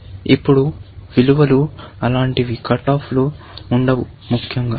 ఇప్పుడు విలువలు అలాంటివి కట్ ఆఫ్లు ఉండవు ముఖ్యంగా